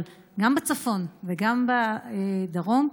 אבל גם בצפון וגם בדרום,